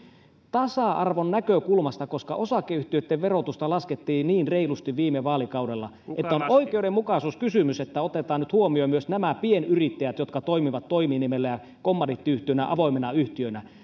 tasa arvon näkökulmasta koska osakeyhtiöitten verotusta laskettiin niin reilusti viime vaalikaudella on oikeudenmukaisuuskysymys että otetaan nyt huomioon myös nämä pienyrittäjät jotka toimivat toiminimellä ja kommandiittiyhtiöinä avoimina yhtiöinä